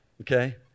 okay